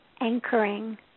anchoring